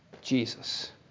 Jesus